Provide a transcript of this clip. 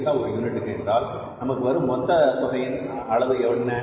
50 ஒரு யூனிட்டுக்கு என்றால் நமக்கு வரும் மொத்த தொகையின் அளவு என்ன